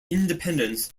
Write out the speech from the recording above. independence